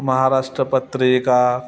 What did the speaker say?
महाराष्ट्रपत्रिका